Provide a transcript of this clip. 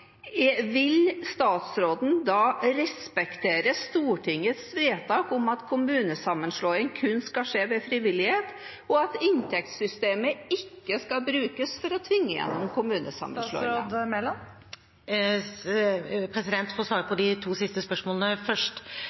Vil statsråden da respektere Stortingets vedtak om at kommunesammenslåing kun skal skje ved frivillighet, og at inntektssystemet ikke skal brukes for å tvinge igjennom kommunesammenslåing? For å svare på de to siste spørsmålene først: